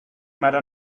matter